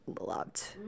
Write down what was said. loved